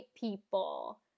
people